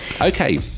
Okay